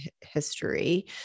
history